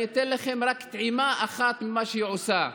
אני אתן לכם רק טעימה אחת ממה שהיא עושה: